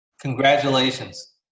Congratulations